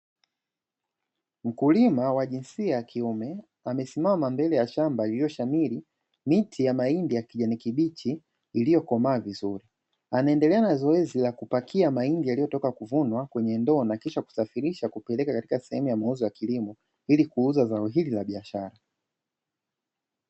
Mkulima wa jinsia ya kiume, amesimama mbele ya shamba lililoshamiri miti ya mahindi ya kijani kibichi iliyokomaa vizuri. Anaendelea na zoezi la kupakia mahindi yaliyotoka kuvunwa kwenye ndoo na kisha kusafirisha kupeleka katika sehemu ya mauzo ya kilimo ili kuuza zao hili la biashara.